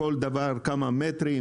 כמה מטרים,